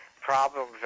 problems